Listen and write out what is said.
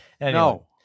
No